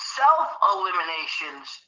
self-eliminations